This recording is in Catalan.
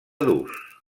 durs